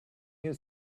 you